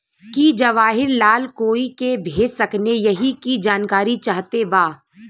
की जवाहिर लाल कोई के भेज सकने यही की जानकारी चाहते बा?